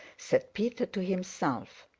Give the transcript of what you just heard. said peter to himself.